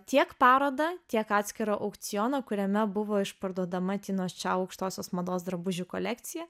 tiek parodą tiek atskirą aukcioną kuriame buvo išparduodama tinos čiau aukštosios mados drabužių kolekcija